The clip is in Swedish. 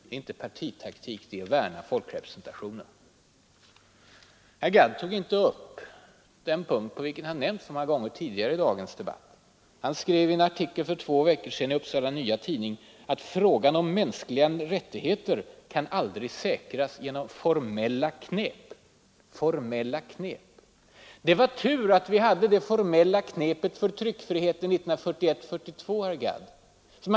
Det är inte partitaktik, det är att värna folkrepresentationen. Herr Gadd tog inte upp den punkt där han har nämnts så många gånger tidigare i dagens debatt. Han skrev i en artikel för två veckor sedan i Upsala Nya Tidning att frågan om mänskliga rättigheter aldrig kan säkras genom ”formella knep”. Det var tur att vi hade det ”formella knepet” för tryckfriheten 1941—1942, herr Gadd.